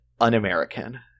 un-American